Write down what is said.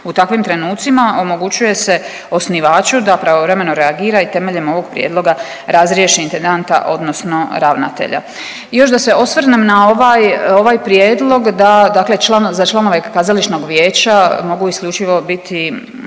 U takvim trenucima omogućuje se osnivaču da pravovremeno reagira i temeljem ovog prijedloga razriješi intendanta odnosno ravnatelja. Još da se osvrnem na ovaj prijedlog da za članove kazališnog vijeća mogu isključivo biti